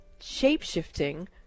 shape-shifting